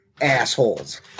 assholes